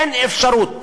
אין אפשרות.